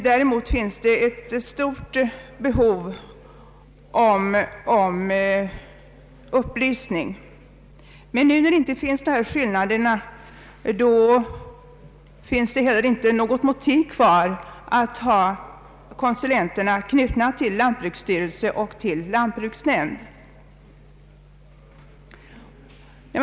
När inte längre dessa skillnader föreligger, finns det inte heller något motiv för att ha konsulenterna knutna till lantbruksstyrelsen och till lantbruksnämnd. Däremot finns det ett stort behov av upplysning.